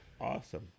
awesome